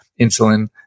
insulin